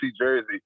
jersey